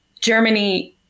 Germany